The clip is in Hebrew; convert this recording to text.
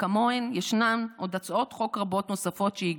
וכמוהן ישנן עוד הצעות חוק רבות נוספות שהגשתי.